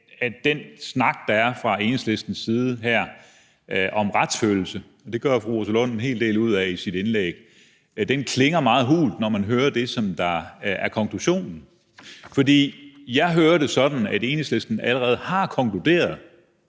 at den snak, der er fra Enhedslistens side her om retsfølelse – det gør Rosa Lund en hel del ud af i sit indlæg – klinger meget hult, når man hører det, der er konklusionen. For jeg hører det sådan, at Enhedslisten allerede har konkluderet,